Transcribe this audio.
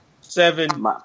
seven